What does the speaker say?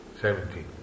seventeen